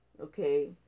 Okay